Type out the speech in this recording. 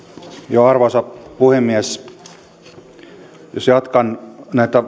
minuuttia arvoisa puhemies jos jatkan näitä